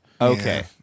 Okay